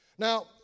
Now